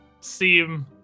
seem